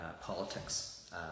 politics